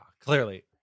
clearly